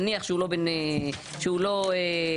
נניח שאין לו שם וזהות,